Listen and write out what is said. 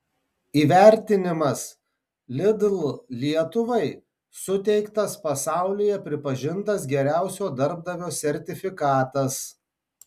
įvertinimas lidl lietuvai suteiktas pasaulyje pripažintas geriausio darbdavio sertifikatas